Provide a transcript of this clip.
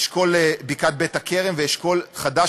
אשכול בקעת בית-הכרם ואשכול חדש,